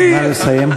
נא לסיים.